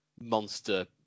monster